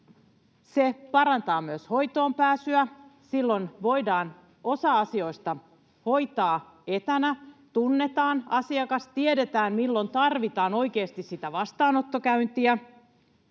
Se parantaa myös hoitoonpääsyä. Silloin voidaan osa asioista hoitaa etänä. Tunnetaan asiakas, tiedetään, milloin tarvitaan oikeasti sitä vastaanottokäyntiä.